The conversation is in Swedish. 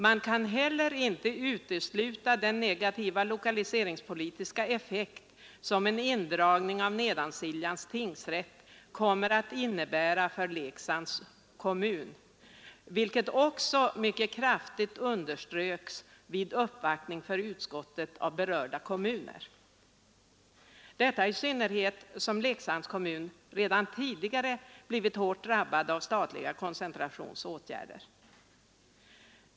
Man kan heller inte utesluta den negativa lokaliseringspolitiska effekt som en indragning av Nedansiljans tingsrätt kommer att innebära för Leksands kommun, vilket också mycket kraftigt underströks vid uppvaktningen inför utskottet av berörda kommuner — detta i synnerhet som Leksands kommun redan tidigare har blivit hårt drabbad av statliga koncentrationsåtgärder.